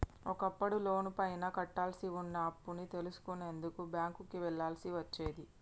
ఒకప్పుడు లోనుపైన కట్టాల్సి వున్న అప్పుని తెలుసుకునేందుకు బ్యేంకుకి వెళ్ళాల్సి వచ్చేది